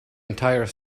entire